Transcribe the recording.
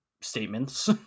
statements